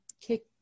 kick